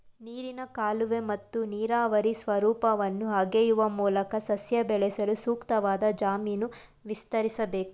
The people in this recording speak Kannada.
ನೀರಿನ ಕಾಲುವೆ ಮತ್ತು ನೀರಾವರಿ ಸ್ವರೂಪವನ್ನು ಅಗೆಯುವ ಮೂಲಕ ಸಸ್ಯ ಬೆಳೆಸಲು ಸೂಕ್ತವಾದ ಜಮೀನು ವಿಸ್ತರಿಸ್ಬೇಕು